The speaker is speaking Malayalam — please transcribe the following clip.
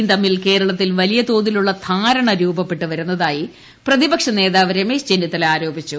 യും തമ്മിൽ കേരളത്തിൽ വലിയ തോതിലുള്ള ധാരണ രൂപപ്പെട്ടു വരുന്നതായി പ്രതിപക്ഷ നേതാവ് രമേശ് ചെന്നിത്തല ആരോപിച്ചു